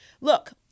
Look